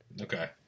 Okay